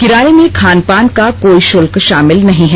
किराए में खानपान का कोई शुल्कर शामिल नहीं है